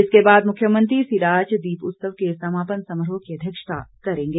इसके बाद मुख्यमंत्री सिराज दीप उत्सव के समापन समारोह की अध्यक्षता करेंगे